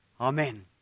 Amen